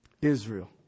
Israel